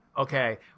Okay